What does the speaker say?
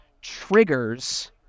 triggers